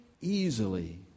easily